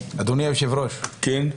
אדוני היושב-ראש, הצבענו.